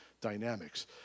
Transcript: dynamics